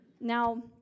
Now